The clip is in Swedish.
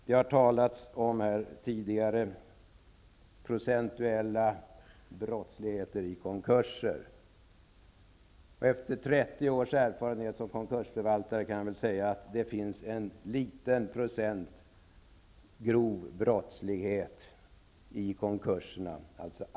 Det har här tidigare talats om den procentuella andelen brottsliga konkurser. Med 30 års erfarenhet som konkursförvaltare kan jag säga att det finns en liten procent grov brottslighet i konkurserna.